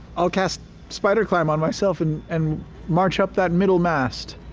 i'll cast spider climb on myself and and march up that middle mast.